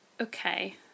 Okay